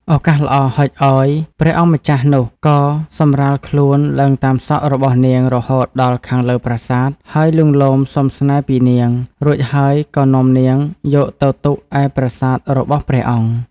ឱកាសល្អហុចឱ្យ ព្រះអង្គម្ចាស់នោះក៏សំរាលខ្លួនឡើងតាមសក់របស់នាងរហូតដល់ខាងលើប្រាសាទហើយលួងលោមសុំស្នេហ៍ពីនាង រួចហើយក៏នាំនាងយកទៅទុកឯប្រាសាទរបស់ព្រះអង្គ ។